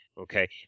Okay